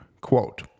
Quote